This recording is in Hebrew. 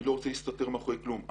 לא רוצה להסתתר מאחורי כלום.